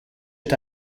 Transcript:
est